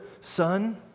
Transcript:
son